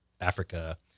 Africa